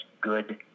good